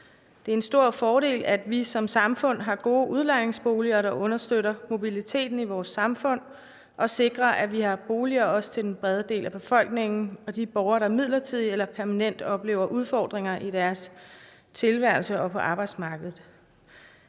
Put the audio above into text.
Det er en stor fordel, at vi som samfund har gode udlejningsboliger, der understøtter mobiliteten i vores samfund og sikrer, at vi har boliger til også den brede del af befolkningen og de borgere, der midlertidigt eller permanent oplever udfordringer i deres tilværelse og på arbejdsmarkedet.